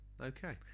Okay